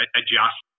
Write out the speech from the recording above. adjust